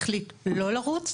החליט לא לרוץ,